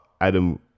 Adam